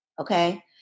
Okay